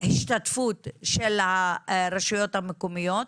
השתתפות של הרשויות המקומיות,